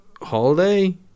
holiday